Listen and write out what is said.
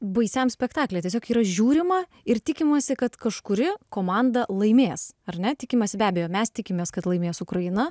baisiam spektaklyje tiesiog yra žiūrima ir tikimasi kad kažkuri komanda laimės ar ne tikimasi be abejo mes tikimės kad laimės ukraina